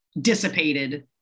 dissipated